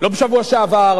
לא בשבוע שעבר,